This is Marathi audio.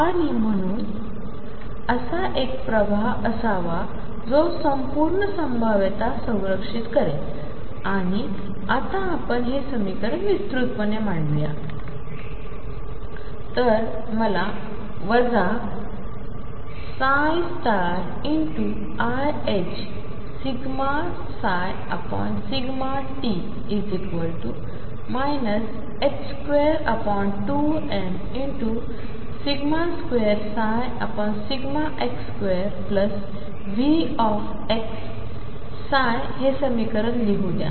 आणिम्हणून असाएकप्रवाहअसावाजोसंपूर्णसंभाव्यतासंरक्षितकरेलआणिआताआपणहेसमीकरणविस्तारितपणेमांडूया तर मलावजाiℏ∂ψ∂t 22m2x2Vxहेसमीकरणलिहूद्या